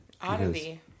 oddity